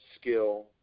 Skill